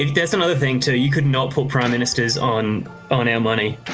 that's another thing too, you could not put prime ministers on on our money.